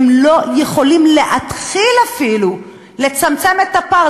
הם לא יכולים להתחיל אפילו לצמצם את הפער.